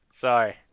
Sorry